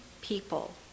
people